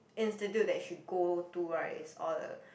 institute that she go to right is all the